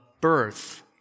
birth